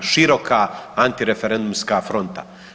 Široka antireferendumska fronta.